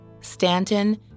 Stanton